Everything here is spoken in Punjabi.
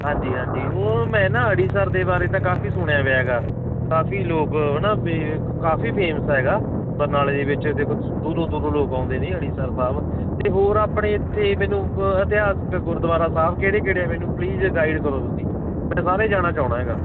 ਹਾਂਜੀ ਹਾਂਜੀ ਉਹ ਮੈਂ ਨਾ ਅੜੀਸਰ ਦੇ ਬਾਰੇ ਤਾਂ ਕਾਫੀ ਸੁਣਿਆ ਵਿਆ ਹੈਗਾ ਕਾਫੀ ਲੋਕ ਹੈ ਨਾ ਵੀ ਕਾਫੀ ਫੇਮਸ ਹੈਗਾ ਬਰਨਾਲੇ ਦੇ ਵਿੱਚ ਦੇਖੋ ਦੂਰੋਂ ਦੂਰੋਂ ਲੋਕ ਆਉਂਦੇ ਨੇ ਅੜੀਸਰ ਸਾਹਿਬ ਅਤੇ ਹੋਰ ਆਪਣੇ ਇੱਥੇ ਮੈਨੂੰ ਇਤਿਹਾਸਿਕ ਗੁਰਦੁਆਰਾ ਸਾਹਿਬ ਕਿਹੜੇ ਕਿਹੜੇ ਮੈਨੂੰ ਪਲੀਜ਼ ਗਾਈਡ ਕਰੋ ਤੁਸੀਂ ਮੈਂ ਸਾਰੇ ਜਾਣਾ ਚਾਹੁੰਦਾ ਹੈਗਾ